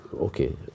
okay